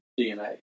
DNA